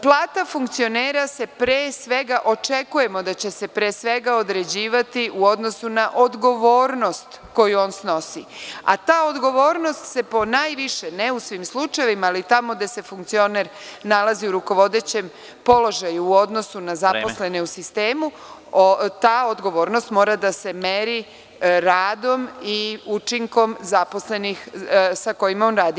Plata funkcionera se, pre svega, očekujemo da će se pre svega određivati u odnosu na odgovornost koju on snosi, a ta odgovornost se po najviše, ne u svim slučajevima ali tamo gde se funkcioner nalazi u rukovodećem položaju u odnosu na zaposlene u sistemu, ta odgovornost mora da se meri radom i učinkom zaposlenih sa kojima on radi.